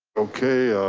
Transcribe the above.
okay.